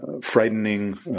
frightening